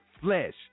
flesh